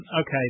Okay